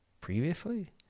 previously